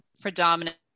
predominant